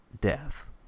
death